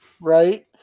Right